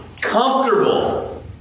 comfortable